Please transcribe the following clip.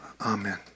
Amen